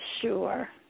Sure